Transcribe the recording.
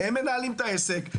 הם מנהלים את העסק.